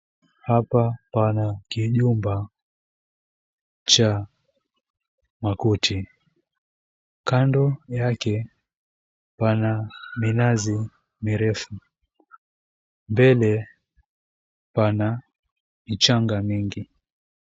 Hapa pana kijumba cha makuti kando yake pana minazi mirefu mbele pana mchanga mingi.